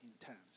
intense